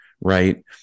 Right